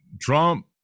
Trump